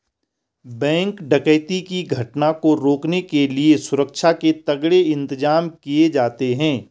bank डकैती की घटना को रोकने के लिए सुरक्षा के तगड़े इंतजाम किए जाते हैं